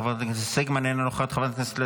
חבר הכנסת סגמן, אינה נוכחת, חברת הכנסת לזימי,